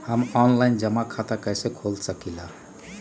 हम ऑनलाइन जमा खाता कईसे खोल सकली ह?